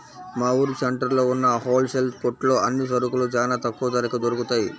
మా ఊరు సెంటర్లో ఉన్న హోల్ సేల్ కొట్లో అన్ని సరుకులూ చానా తక్కువ ధరకే దొరుకుతయ్